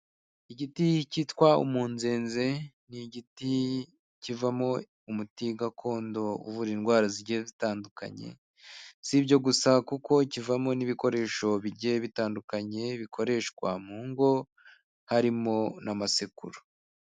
Igiti cyitwa umunzenze ni igiti kivamo umuti gakondo uvura indwara zigiye zitandukanye. Si ibyo gusa kuko kivamo n'ibikoresho bijye bitandukanye bikoreshwa mu ngo harimo n'amasekuru.